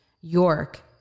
York